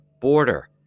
border